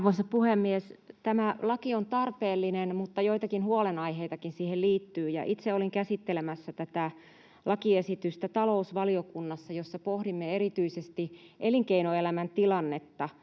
Arvoisa puhemies! Tämä laki on tarpeellinen, mutta joitakin huolenaiheitakin siihen liittyy. Itse olin käsittelemässä tätä lakiesitystä talousvaliokunnassa, jossa pohdimme erityisesti elinkeinoelämän tilannetta.